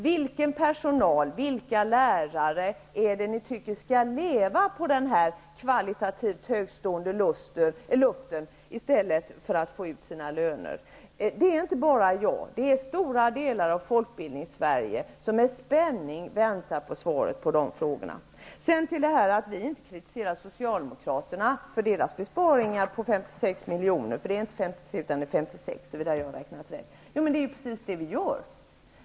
Vilken personal, vilka lärare är det ni tycker skall leva på den kvalitativt högstående luften i stället för att få ut sina löner? Inte bara jag utan stora delar av Folkbildningssverige väntar med spänning på svaret på de frågorna. Göran Åstrand sade också att vi inte kritiserar Socialdemokraterna för de besparingar de har föreslagit på 56 miljoner -- det är fråga om 56 miljoner och inte 53 miljoner. Men det är ju precis vad vi gör.